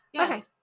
okay